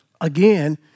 again